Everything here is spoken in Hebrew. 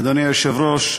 אדוני היושב-ראש,